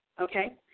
Okay